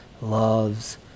loves